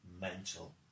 mental